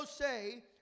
say